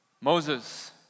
Moses